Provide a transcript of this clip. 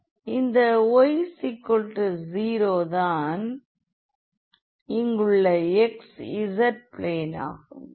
இந்த y0 தான் இங்குள்ள xz பிளேன் ஆகும்